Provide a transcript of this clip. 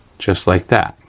just like that,